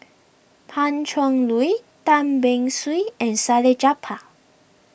Pan Cheng Lui Tan Beng Swee and Salleh Japar